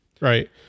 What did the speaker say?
right